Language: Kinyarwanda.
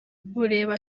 bureba